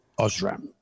Osram